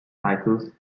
titles